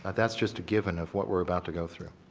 that's just a given of what we're about to go through.